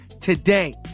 today